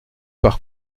par